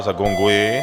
Zagonguji.